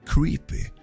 Creepy